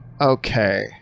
okay